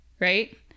right